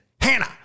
Hannah